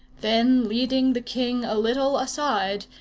then leading the king a little aside,